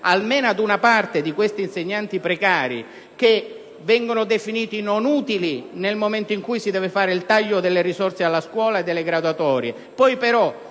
almeno ad una parte di questi insegnanti precari (che vengono definiti non utili nel momento in cui si deve procedere al taglio delle risorse alla scuola e a quello delle graduatorie) gli si